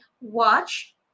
watch